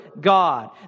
God